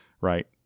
right